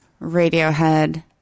Radiohead